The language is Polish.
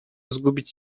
zgubić